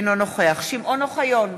אינו נוכח שמעון אוחיון,